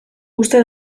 uste